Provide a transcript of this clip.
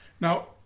Now